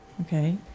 Okay